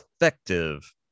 effective